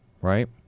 right